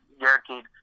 guaranteed